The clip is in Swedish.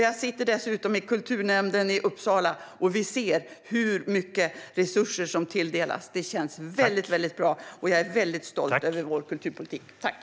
Jag sitter dessutom i kulturnämnden i Uppsala, och vi ser hur mycket resurser som tilldelas. Det känns väldigt bra, och jag är väldigt stolt över vår kulturpolitik.